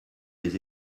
des